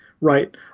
right